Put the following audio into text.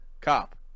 cop